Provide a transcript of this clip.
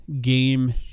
game